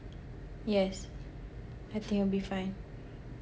yes I think it'll be fine